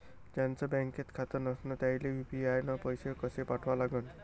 ज्याचं बँकेत खातं नसणं त्याईले यू.पी.आय न पैसे कसे पाठवा लागन?